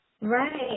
right